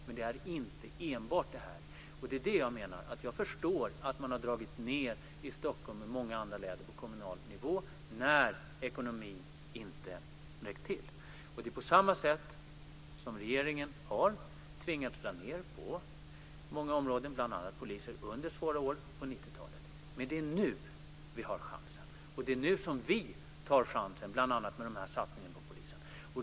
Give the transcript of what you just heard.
Men det handlar inte enbart om det. Jag förstår att man har dragit ned i Stockholm och i många andra städer på kommunal nivå när ekonomin inte räckt till. På samma sätt tvingades regeringen att dra ned på många områden, bl.a. polisen, under svåra år på 90 talet. Men det är nu vi har chansen. Det är nu som vi tar chansen med bl.a. satsningen på polisen.